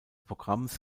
programms